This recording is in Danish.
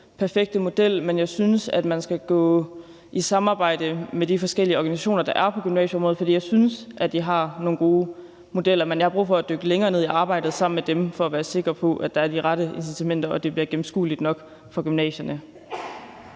perfekte model, men jeg synes, at man skal gå i samarbejde med de forskellige organisationer, der er på gymnasieområdet, for jeg synes, at de har nogle gode modeller. Men jeg har brug for at dykke længere ned i arbejdet sammen med dem for at være sikker på, at der er de rette incitamenter, og at det bliver gennemskueligt nok for gymnasierne.